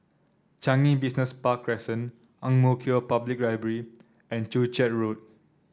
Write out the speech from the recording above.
Changi Business Park Crescent Ang Mo Kio Public Library and Joo Chiat Road